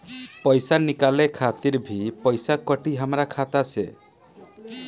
पईसा निकाले खातिर भी पईसा कटी हमरा खाता से?